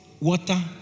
water